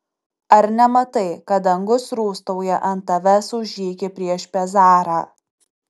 ar nematai kad dangus rūstauja ant tavęs už žygį prieš pezarą